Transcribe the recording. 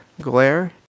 glare